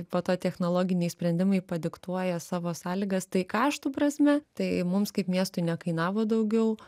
po to technologiniai sprendimai padiktuoja savo sąlygas tai kaštų prasme tai mums kaip miestui nekainavo daugiau